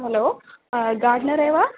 hello गार्डनरेव वा